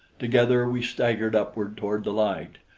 together we staggered upward toward the light,